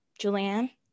Julianne